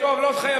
הכנסת עז